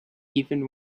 even